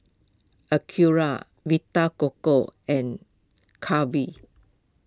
Acura Vita Coco and Calbee